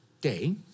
day